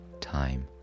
time